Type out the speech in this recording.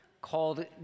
called